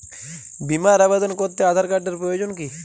বিমার আবেদন করতে আধার কার্ডের প্রয়োজন কি?